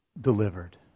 delivered